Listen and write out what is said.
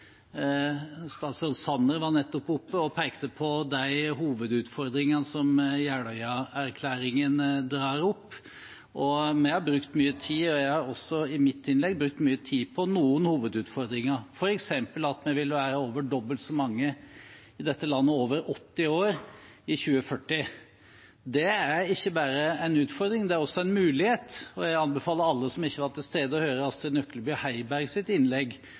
Statsråd Sanner var nettopp på talerstolen og pekte på hovedutfordringene som Jeløya-plattformen drar opp, og vi har brukt mye tid – også jeg, i mitt innlegg – på noen hovedutfordringer, f.eks. at vi vil være over dobbelt så mange over 80 år i dette landet i 2040. Det er ikke bare en utfordring, det er også en mulighet. Jeg anbefaler alle som ikke var til stede, å